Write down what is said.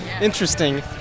interesting